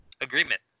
agreement